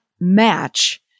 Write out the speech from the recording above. match